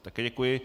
Také děkuji.